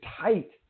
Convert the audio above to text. tight